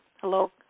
Hello